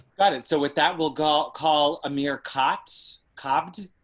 got it. so with that we'll go call amir cots copy